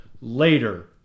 later